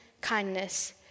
kindness